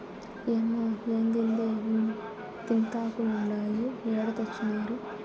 ఏమ్మే, ఏందిదే ఇంతింతాకులుండాయి ఏడ తెచ్చినారు